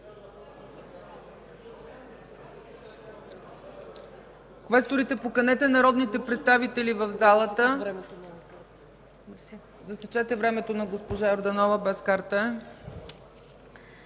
Моля квесторите да поканите народните представители в залата. Засечете времето на госпожа Йорданова, без карта